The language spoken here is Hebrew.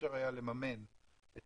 אי-אפשר היה לממן את